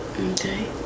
Okay